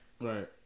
Right